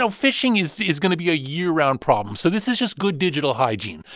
so phishing is is going to be a year-round problem. so this is just good digital hygiene.